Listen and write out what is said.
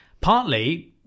Partly